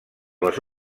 les